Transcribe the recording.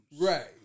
Right